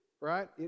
right